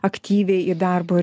aktyviai į darbo